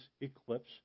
eclipse